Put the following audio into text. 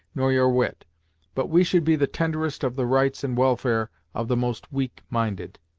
nor your wit but we should be the tenderest of the rights and welfare of the most weak-minded.